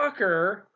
fucker